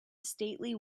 stately